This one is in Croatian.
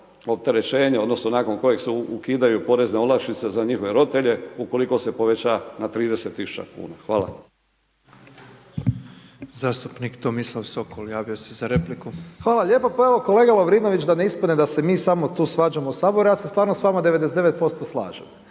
odnosno nakon kojeg se ukidaju porezne olakšice za njihove roditelje ukoliko se poveća na 30.000,00 kn. Hvala